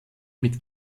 mit